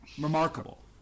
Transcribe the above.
Remarkable